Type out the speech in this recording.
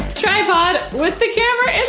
tripod with the camera